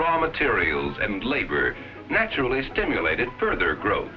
raw materials and labor naturally stimulated further gro